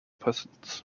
present